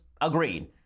agreed